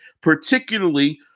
particularly